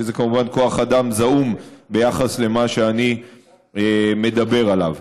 שזה כמובן כוח אדם זעום ביחס למה שאני מדבר עליו.